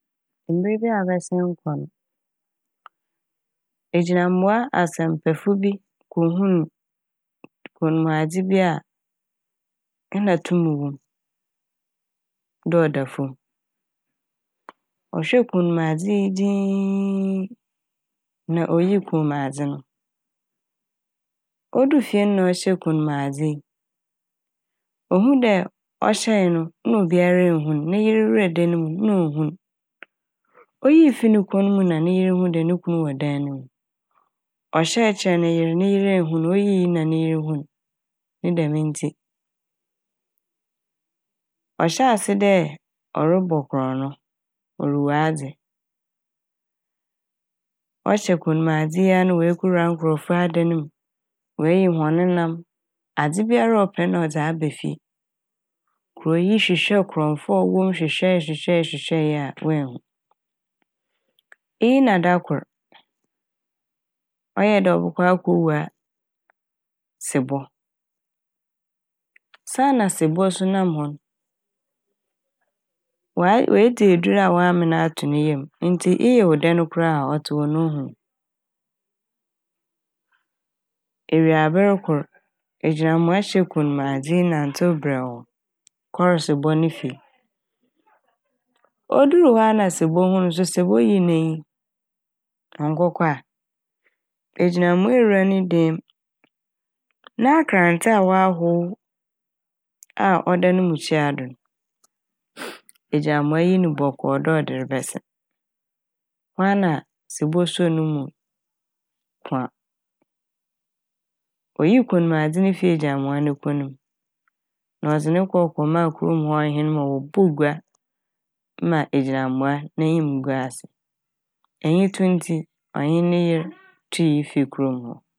Mber bi a abɛsen kɔ n' egyinambowa asɛmpɛfo bi kohuu kɔnmuadze bi a nna tum wɔ m' dɛ ɔda famu. Ɔhwɛɛ kɔnmuadze yi dzinn na oyii kɔnmuadze no. Odur fie na ɔhyɛɛ kɔnmuadze yi ohuu dɛ ɔhyɛɛ no nna obiara nnhu n' ne yer wura dan mu n' nna onnhu n' oyii fii ne kɔn mu na ne yer huu dɛ no kun wɔ dan ne mu. Ɔhyɛɛ kyerɛɛ ne yer ne yer ennhun oyii na ne yer hun. Ne dɛm ntsi ɔhyɛɛ ase dɛ ɔrobɔ krɔno orowia adze. Ɔhyɛ kɔnmuadze yi na oekuwura nkorɔfo dan ne m' oenyi hɔn ne nam adze biara ɔpɛ biara na ɔdze aba fie. Kurow yi hwehwɛɛ krɔnfo a ɔwɔ m' hwehwɛe hwehwɛe hwehwɛe a woennhu. Iyi na da kor ɔyɛɛ dɛ ɔbɔkɔ akowia sebɔ saana sebɔ so nam hɔ n' ɔay - oedzi edur a ɔamen ato ne yamu ntsi eyew dɛn koraa ɔtse hɔ n' ohu wo. Ewiaber kor ehyinambowa hyɛɛ kɔnmuadze yi nantseew berɛɛw kɔr sebɔ ne fie. Odur hɔ na sebɔ hun no naaso sebɔ yii n'enyi ɔnkɔkɔ a egyinambowa ewura ne dee m', n'akrantse a ɔahow a ɔda ne mukyia do n' enyinanbowa yii no bɔkɔɔ dɛ ɔde rebɛsen hɔ a na sebɔ suo ne mu poa. Oyii kɔnmuadze n' fii egyinambowa ne kɔn mu na ɔdze no kɔ kɔɔmaa kurom' hɔ hen ma wɔbogua ma egyinambowa n'enyim guu ase. Enyito ntsi ɔnye ne yer tui fii kurom hɔ.